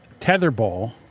tetherball